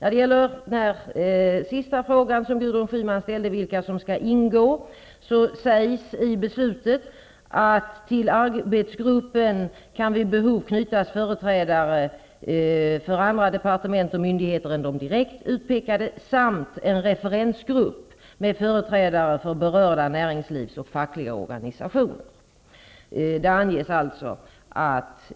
När det gäller den sista frågan som Gudrun Schyman ställde om vilka som skall ingå i arbetsgruppen, sägs i beslutet att till arbetsgruppen kan vid behov knytas företrädare för andra departement och myndigheter än de direkt utpekade samt en referensgrupp med företrädare för berörda näringslivsorganisationer och fackliga organisationer. Det anges alltså att